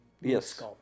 Yes